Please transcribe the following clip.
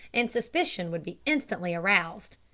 and suspicion would be instantly aroused.